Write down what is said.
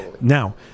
now